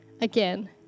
again